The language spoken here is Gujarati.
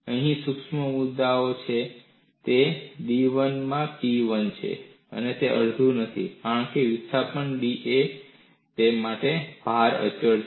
અહીં સૂક્ષ્મ મુદ્દો એ છે કે તે d 1 માં p 1 છે તે અડધું નથી કારણ કે વિસ્થાપન dv માટે ભાર અચળ રહે છે